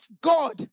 God